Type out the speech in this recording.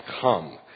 come